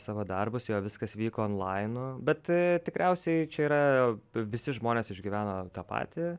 savo darbus jo viskas vyko onlainu bet tikriausiai čia yra visi žmonės išgyveno tą patį